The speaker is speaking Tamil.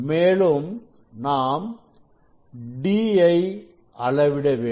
மேலும் நாம் D அளவிட வேண்டும்